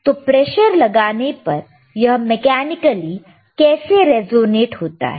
तो प्रेशर लगाने पर यह मेकैनिकली कैसे रेजोनेट होता है